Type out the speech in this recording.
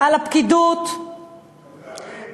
על הפקידות תיזהרי תיזהרי.